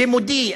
לימודי,